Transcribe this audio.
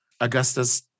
Augustus